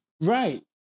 Right